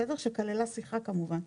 שכללה שיחה כמובן.